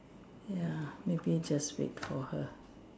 ya maybe just wait for her